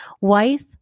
wife